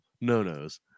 no-nos